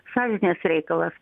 sąžinės reikalas